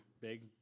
Big